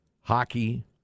hockey